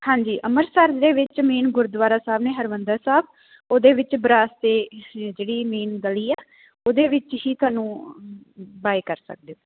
ਹਾਂਜੀ ਅੰਮ੍ਰਿਤਸਰ ਦੇ ਵਿੱਚ ਮੇਨ ਗੁਰਦੁਆਰਾ ਸਾਹਿਬ ਨੇ ਹਰਮੰਦਿਰ ਸਾਹਿਬ ਉਹਦੇ ਵਿੱਚ ਜਿਹੜੀ ਮੇਨ ਗਲੀ ਆ ਉਹਦੇ ਵਿੱਚ ਹੀ ਤੁਹਾਨੂੰ ਬਾਏ ਕਰ ਸਕਦੇ ਹੋ